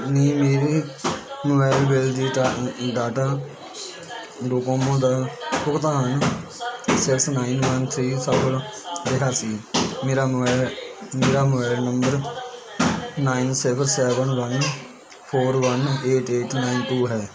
ਕੀ ਮੇਰੇ mobile bill ਲਈ Tata Docomo ਦਾ ਭੁਗਤਾਨ ਸਿਕਸ ਨਾਇਨ ਵਨ ਥ੍ਰੀ ਸਫਲ ਰਿਹਾ ਸੀ ਮੇਰਾ ਮੋਬਾਈਲ ਮੇਰਾ ਮੋਬਾਈਲ ਨੰਬਰ ਨਾਇਨ ਸਿਫ਼ਰ seven one four one eight eight nine two ਹੈ